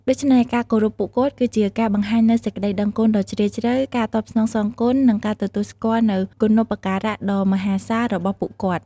ដូច្នេះ ការគោរពពួកគាត់ គឺជាការបង្ហាញនូវសេចក្តីដឹងគុណដ៏ជ្រាលជ្រៅ ការតបស្នងសងគុណ និងការទទួលស្គាល់នូវគុណូបការៈដ៏មហាសាលរបស់ពួកគាត់។